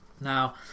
now